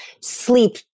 sleep